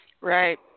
right